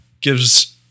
gives